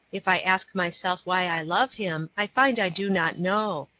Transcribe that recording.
if i ask myself why i love him, i find i do not know,